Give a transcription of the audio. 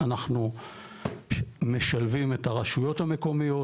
אנחנו משלבים את הרשויות המקומיות,